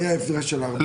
ראשית,